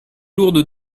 lourdes